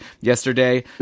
yesterday